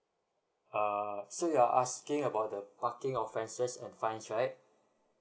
err so you're asking about the parking offences and fines right